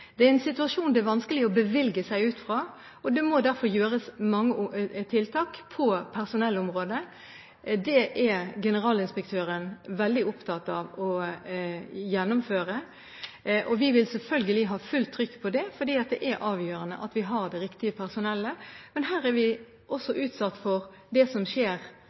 Det er en situasjon det er vanskelig å bevilge seg ut av. Derfor må det være mange tiltak på personellområdet. Generalinspektøren er veldig opptatt av å gjennomføre det, og vi vil selvfølgelig ha fullt trykk på det, for det er avgjørende at vi har det riktige personellet. Men her er vi utsatt for det som skjer